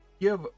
give